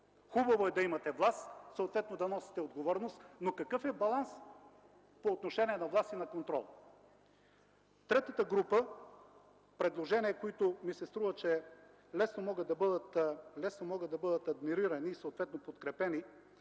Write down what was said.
Хубаво е да имате власт, съответно да носите отговорност, но какъв е балансът по отношение на власт и на контрол? Третата група предложения, които ми се струва, че лесно могат да бъдат адмирирани и съответно подкрепени,